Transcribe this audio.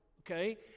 okay